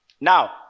Now